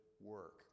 work